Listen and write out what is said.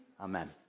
Amen